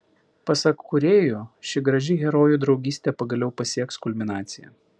pasak kūrėjų ši graži herojų draugystė pagaliau pasieks kulminaciją